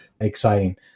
exciting